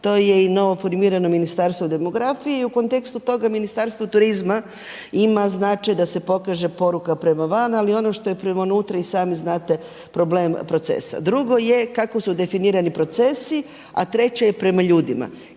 to je i novoformirano Ministarstvo demografije i u kontekstu toga Ministarstvo turizma ima značaj da se pokaže poruka prema van, ali ono što je prema unutra i sami znati problem procesa. Drugo je kao su definirani procesi, a treće je prema ljudima.